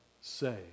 say